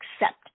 accept